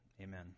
amen